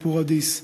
מפוריידיס,